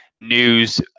news